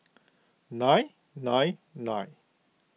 nine nine nine